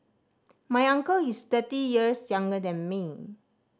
my uncle is thirty years younger than me